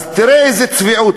אז תראה איזו צביעות.